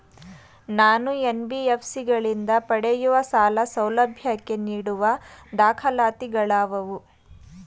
ನಾನು ಎನ್.ಬಿ.ಎಫ್.ಸಿ ಗಳಿಂದ ಪಡೆಯುವ ಸಾಲ ಸೌಲಭ್ಯಕ್ಕೆ ನೀಡುವ ದಾಖಲಾತಿಗಳಾವವು?